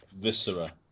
Viscera